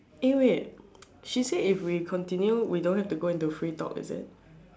eh wait she say if we continue we don't have to go into free talk is it